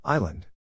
Island